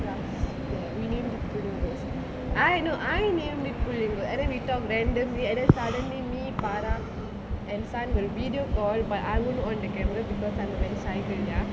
ya we named pullingos I no I named it pullingo and then we talked randomly and suddenly me farah and sun will video call but I would on every single time to be excited ya